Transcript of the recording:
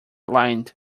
lined